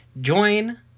Join